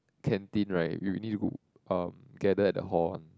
canteen right we will need to uh gather at the hall [one]